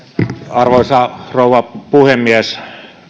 arvoisa rouva puhemies